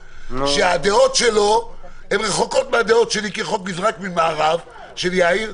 שהדעות שלו רחוקות מהדעות שלי כרחוק מזרח ממערב - יאיר,